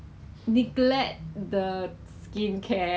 spending money on like you know err